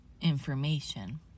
information